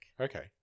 Okay